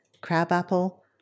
crabapple